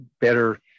better